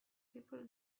people